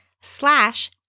slash